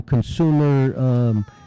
consumer